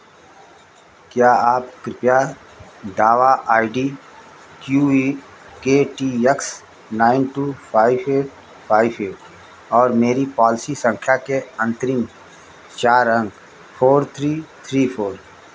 क्या आप कृपया दावा I D Q E K T X nine two five eight five eight और मेरी पॉलिसी संख्या के अंतरिम चार अंक फोर थ्री थ्री फोर